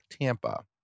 Tampa